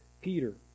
Peter